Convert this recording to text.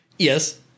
Yes